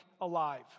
alive